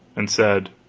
and said